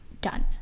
done